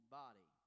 body